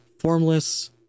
formless